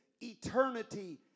eternity